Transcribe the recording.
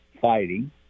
fighting